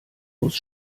muss